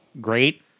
great